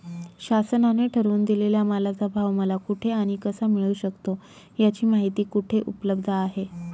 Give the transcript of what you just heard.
शासनाने ठरवून दिलेल्या मालाचा भाव मला कुठे आणि कसा मिळू शकतो? याची माहिती कुठे उपलब्ध आहे?